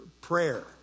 Prayer